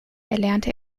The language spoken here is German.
erlernte